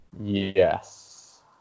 Yes